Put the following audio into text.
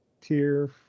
tier